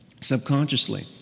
subconsciously